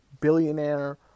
billionaire